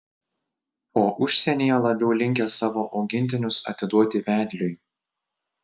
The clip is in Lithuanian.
o užsienyje labiau linkę savo augintinius atiduoti vedliui